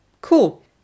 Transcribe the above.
cool